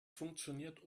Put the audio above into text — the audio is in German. funktioniert